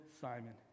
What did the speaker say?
Simon